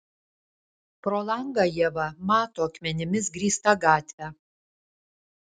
pro langą ieva mato akmenimis grįstą gatvę